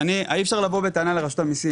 אי-אפשר לבוא בטענה לרשות המסים,